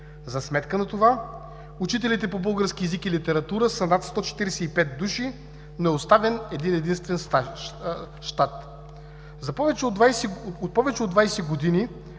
За сметка на това учителите по български език и литература са над 145 души, но е оставен един-единствен щат. От повече от 20 години